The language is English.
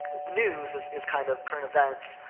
the news is, is kind of current events,